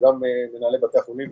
וגם מנהלי בתי החולים,